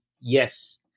Yes